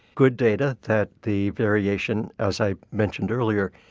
good data that the variation, as i mentioned earlier,